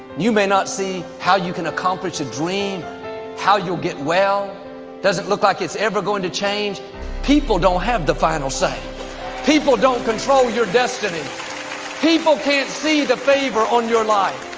you may not see how you can accomplish a dream how you get well doesn't look like it's ever going to change people don't have the final say people don't control your destiny people can't see the favor on your life.